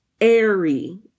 airy